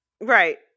Right